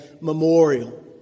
memorial